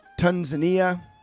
Tanzania